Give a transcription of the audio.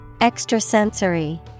Extrasensory